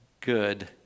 good